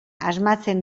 asmatzen